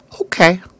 okay